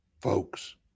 Folks